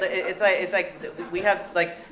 it's like it's like we have, like,